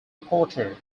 reporter